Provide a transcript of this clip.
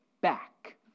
back